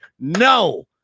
no